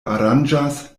aranĝas